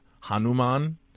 Hanuman